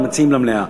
הם מציעים למליאה.